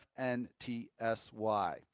FNTSY